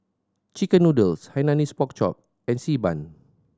chicken noodles Hainanese Pork Chop and Xi Ban